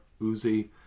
Uzi